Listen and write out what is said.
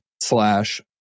slash